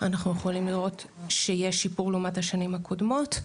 אנחנו יכולים לראות שיש שיפור לעומת השנים הקודמות,